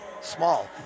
small